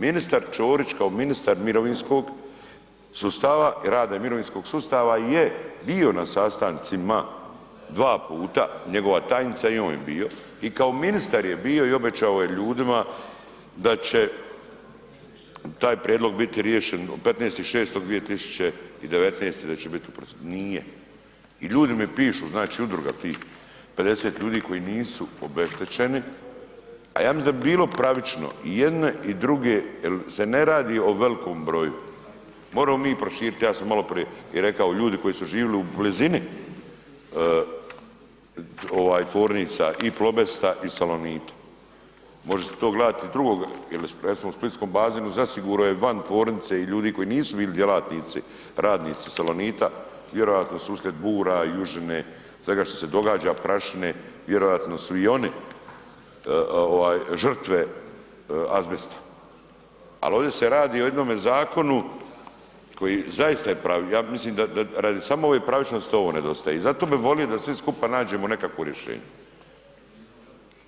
Ministar Ćorić kao ministar mirovinskog sustava i rada i mirovinskog sustava je bio na sastancima dva puta, njegova tajnica i on je bio i kao ministar je bio i obećao je ljudima da će taj prijedlog biti riješen 15.6. 2019. da će bit u proceduri, nije i ljudi mi pišu, znači udruga tih 50 ljudi koji nisu obeštećeni, a ja mislim da bi bilo pravično i jedne i druge jel se ne radi o velikom broju, moremo mi i proširit, ja sam maloprije i rekao ljudi koji su živili u blizini ovaj tvornica i Plobesta i Salonita, može se to gledat i iz drugog, recimo u splitskom bazenu zasigurno je van tvornice i ljudi koji nisu bili djelatnici, radnici Salonita, vjerojatno su uslijed bura, južine, svega šta se događa, prašine, vjerojatno su i oni ovaj žrtve azbesta, al ovdje se radi o jednome zakonu koji zaista je, ja mislim da, da, radi samo ove pravičnosti ovo nedostaje i zato bi volio da svi skupa nađemo nekakvo rješenje,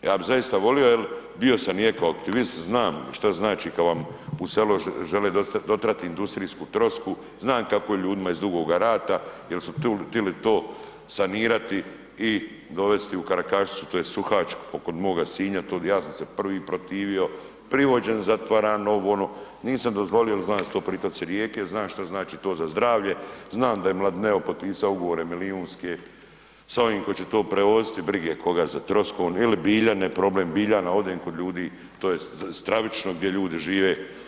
ja bi zaista volio jel bio sam i eko aktivist, znam šta znači kad vam u selo žele dotrati industrijsku trosku, znam kako je ljudima iz Dugoga Rata jel su tili to sanirati i dovesti u Karakašicu, to je Suhač kod moga Sinja, ja sam se prvi protivio, privođen, zatvaran, ovo, ono, nisam dozvolio jel znam da su tu pritoci rijeke, znam šta znači to za zdravlje, znam da je Mladineo potpisao ugovore milijunske sa ovim koji će to prevoziti, brige koga za troskom ili Biljane, problem Biljana, odem kod ljudi to stravično gdje ljudi žive.